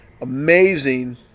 amazing